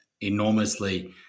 enormously